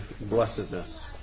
blessedness